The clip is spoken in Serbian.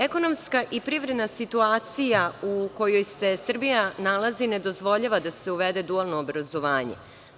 Ekonomska i privredna situacija u kojoj se Srbija nalazi ne dozvoljava da se uvede dualno obrazovanje.